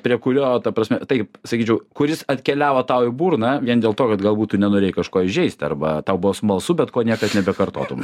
prie kurio ta prasme taip sakyčiau kuris atkeliavo tau į burną vien dėl to kad galbūt tu nenorėjai kažko įžeisti arba tau buvo smalsu bet ko niekad nebekartotum